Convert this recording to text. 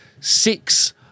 six